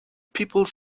people